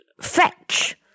fetch